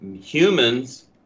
humans